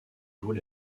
vaut